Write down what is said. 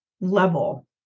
level